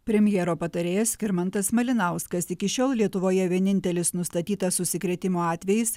premjero patarėjas skirmantas malinauskas iki šiol lietuvoje vienintelis nustatytas užsikrėtimo atvejis